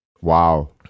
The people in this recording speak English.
Wow